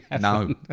No